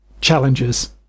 challenges